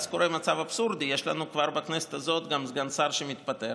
ואז קורה מצב אבסורדי: יש לנו כבר בכנסת הזאת גם סגן שר שמתפטר,